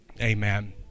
Amen